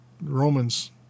Romans